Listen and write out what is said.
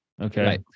Okay